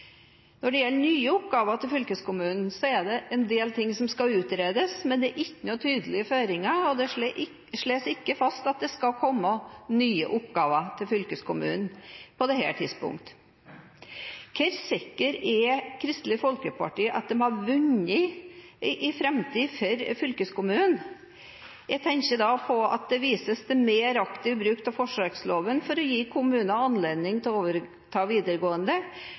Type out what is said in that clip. Når det gjelder nye oppgaver til fylkeskommunene, er det en del ting som skal utredes, men det er ingen tydelige føringer, og man slår ikke fast at det skal komme nye oppgaver til fylkeskommunen på dette tidspunkt. Hvor sikker er Kristelig Folkeparti på at de har vunnet en framtid for fylkeskommunen? Jeg tenker da på at det vises til mer aktiv bruk av forsøksloven for å gi kommunene anledning til å overta videregående